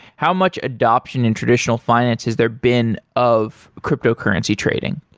how much adoption in traditional finances there been of cryptocurrency trading?